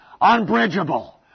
Unbridgeable